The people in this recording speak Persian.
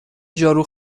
جارو